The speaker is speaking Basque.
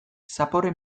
zapore